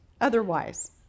otherwise